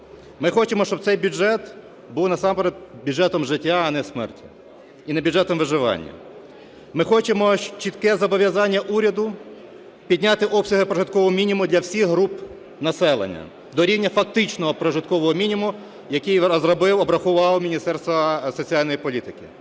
Ми хочемо, щоб цей бюджет був насамперед бюджетом життя, а не смерті, і не бюджетом виживання. Ми хочемо чітке зобов'язання уряду підняти обсяги прожиткового мінімуму для всіх груп населення до рівня фактичного прожиткового мінімуму, який розробило і обрахувало Міністерство соціальної політики.